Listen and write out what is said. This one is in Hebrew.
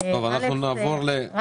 אני